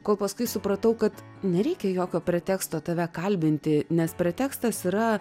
kol paskui supratau kad nereikia jokio preteksto tave kalbinti nes pretekstas yra